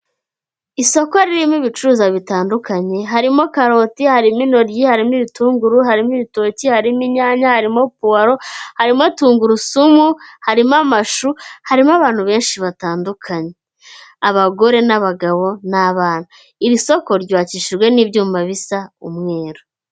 Isoko ririmo ibicuruza bitandukanye. Harimo karoti, harimo intoryi, harimo ibitunguru, harimo ibitoki, harimo inyanya, harimo puwaro, harimo tungurusumu, harimo amashu, harimo abantu benshi batandukanye; abagore n'abagabo n'abana. Iri soko ryubakishijwe n'ibyuma bisa umweru.